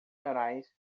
neurais